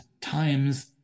times